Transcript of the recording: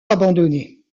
abandonnée